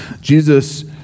Jesus